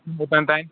تام